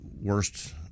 worst